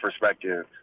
perspective